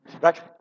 Right